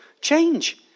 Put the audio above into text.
change